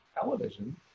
television